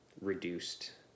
reduced